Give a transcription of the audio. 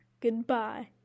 goodbye